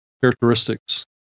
characteristics